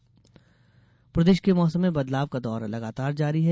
मौसम प्रदेश के मौसम में बदलाव का दौर लगातार जारी है